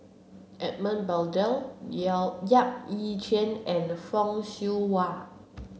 Edmund Blundell Yap Ee Chian and Fock Siew Wah